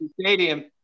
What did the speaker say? Stadium